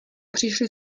přišly